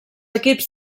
equips